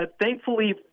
Thankfully